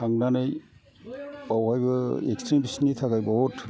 थांनानै बावहायबो एक्सट्रिमिसनि थाखाय बहुद